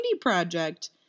Project